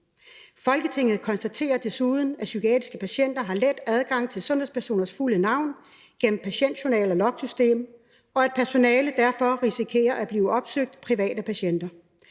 Folketinget konstaterer desuden, at psykiatriske patienter har let adgang til sundhedspersoners fulde navn gennem patientjournal og logsystem, og at personalet derfor risikerer at blive opsøgt privat af patienter.